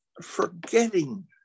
forgetting